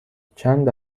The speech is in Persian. چند